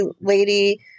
lady